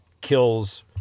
kills